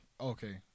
Okay